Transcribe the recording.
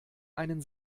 einen